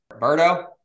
Roberto